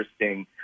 interesting